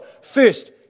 First